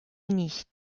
nicht